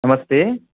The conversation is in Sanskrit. नमस्ते